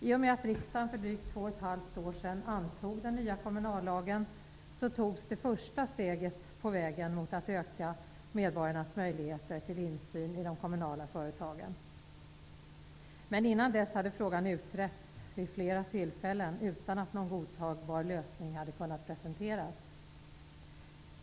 I och med att riksdagen för drygt två och ett halvt år sedan antog den nya kommunallagen togs det första steget på vägen mot att öka medborgarnas möjligheter till insyn i de kommunala företagen. Innan dess hade frågan utretts vid flera tillfällen utan att någon godtagbar lösning hade kunnat presenteras.